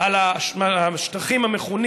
על השטחים, המכונים